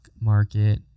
market